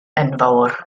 enfawr